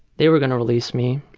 they were going to release me.